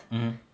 mmhmm